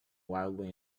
wildly